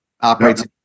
operates